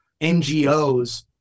NGOs